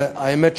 והאמת,